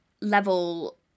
level